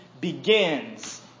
begins